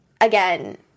again